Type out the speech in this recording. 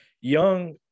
young